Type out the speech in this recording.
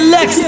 Lex